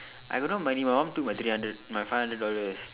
I got no money my mum two point three hundred my five hundred dollars